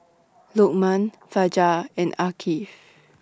Lokman Fajar and Afiq